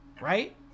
right